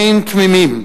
אין "תמימים"